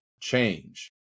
change